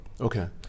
Okay